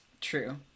True